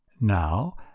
now